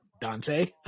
Dante